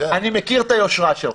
אני מכיר את היושרה שלך.